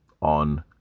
On